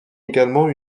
également